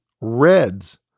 Reds